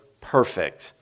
perfect